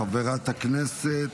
חברת הכנסת